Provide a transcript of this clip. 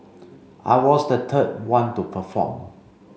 I was the third one to perform